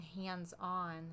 hands-on